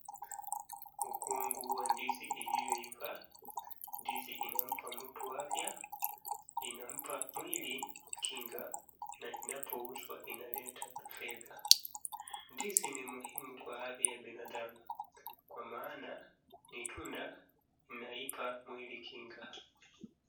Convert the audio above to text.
Mkungu wa ndizi iliyoiva. Ndizi inampa mtu afya, inampa mwili kinga na inapouzwa inaleta tufedha. Ndizi ni muhimu kwa afya ya binadamu kwa maana ni tunda inaipa mwili kinga.